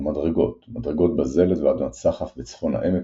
המדרגות – מדרגות בזלת ואדמת סחף בצפון העמק